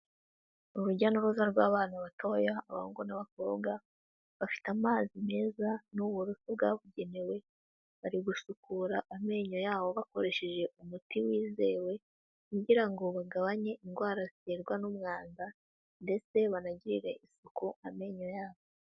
Urujya n'uruza rw'abana batoya, abahungu n'abakobwa, bafite amazi meza n'uburoso bwabugenewe, bari gusukura amenyo yabo bakoresheje umuti wizewe kugira ngo bagabanye indwara ziterwa n'umwanda ndetse banagirire isuku amenyo yabo.